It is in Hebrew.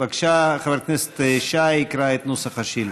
בבקשה, חבר הכנסת שי יקרא את נוסח השאילתה.